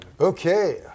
Okay